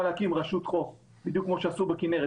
להקים רשות חוף בדיוק כמו שעשו בכינרת.